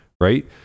right